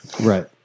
Right